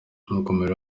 yakomeje